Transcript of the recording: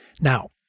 now